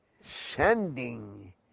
sending